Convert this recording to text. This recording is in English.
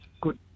good